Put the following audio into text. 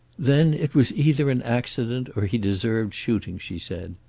then it was either an accident, or he deserved shooting, she said.